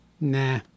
Nah